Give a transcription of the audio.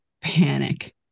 panic